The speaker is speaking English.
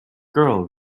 girl